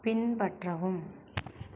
பின்பற்றவும்